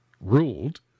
ruled